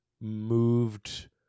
moved